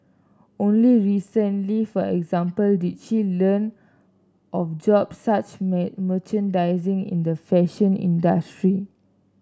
only recently for example did she learn of jobs such merchandising in the fashion industry